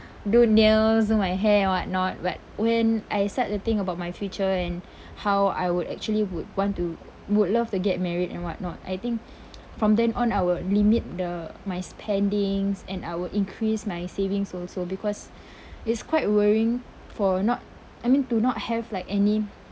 do nails do my hair and whatnot but when I start to think about my future and how I would actually would want to would love to get married and whatnot I think from then on I would limit the my spendings and I would increase my savings also because it's quite worrying for not I mean to not have like any